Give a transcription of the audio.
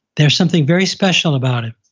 there's something very special about it.